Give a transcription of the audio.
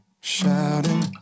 shouting